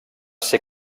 ser